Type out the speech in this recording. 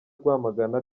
rwamagana